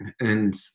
And-